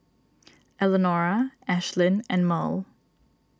Elenora Ashlynn and Murl